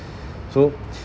so